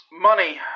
Money